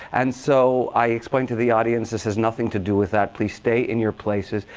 and so, i explain to the audience, this has nothing to do with that. please, stay in your places.